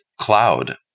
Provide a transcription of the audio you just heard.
cloud